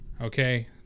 Okay